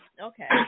Okay